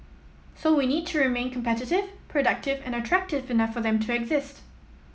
so we need to remain competitive productive and attractive enough for them to exist